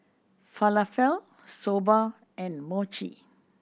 Falafel Soba and Mochi